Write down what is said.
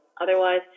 otherwise